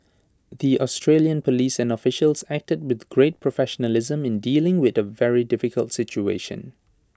the Australian Police and officials acted with great professionalism in dealing with A very difficult situation